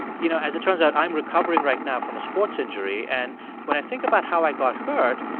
you know, as it turns out, i'm recovering right now from a sports injury. and when i think about how i got hurt,